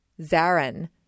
Zarin